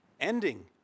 ending